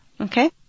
Okay